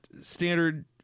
standard